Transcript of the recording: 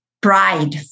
pride